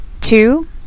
Two